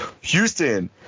Houston